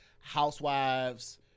housewives